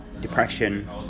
depression